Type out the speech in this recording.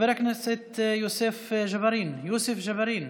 חבר הכנסת יוסף ג'בארין, יוסוף ג'בארין,